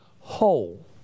whole